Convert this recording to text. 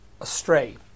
astray